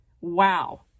wow